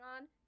on